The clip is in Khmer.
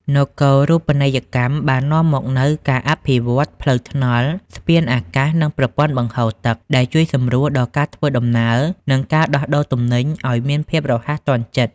នគរូបនីយកម្មបាននាំមកនូវការអភិវឌ្ឍផ្លូវថ្នល់ ស្ពានអាកាស និងប្រព័ន្ធបង្ហូរទឹក ដែលជួយសម្រួលដល់ការធ្វើដំណើរ និងការដោះដូរទំនិញឱ្យមានភាពរហ័សទាន់ចិត្ត។